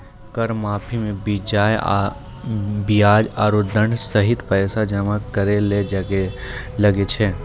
कर माफी मे बियाज आरो दंड सहित पैसा जमा करे ले लागै छै